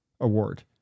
Award